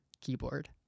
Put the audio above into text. keyboard